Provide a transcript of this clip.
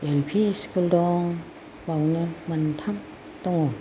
L P school दं बेयावनो मोनथाम दङ